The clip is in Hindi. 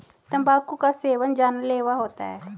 तंबाकू का सेवन जानलेवा होता है